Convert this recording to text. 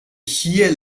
hier